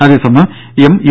അതേസമയം യു